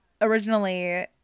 originally